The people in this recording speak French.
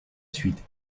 suite